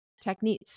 techniques